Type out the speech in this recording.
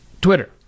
Twitter